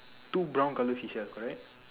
to brown color seashell correct